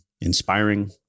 inspiring